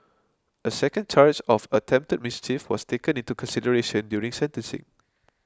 a second charge of attempted mischief was taken into consideration during sentencing